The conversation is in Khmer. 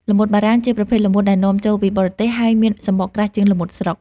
ល្មុតបារាំង ជាប្រភេទល្មុតដែលនាំចូលពីបរទេស ហើយមានសំបកក្រាស់ជាងល្មុតស្រុក។